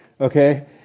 Okay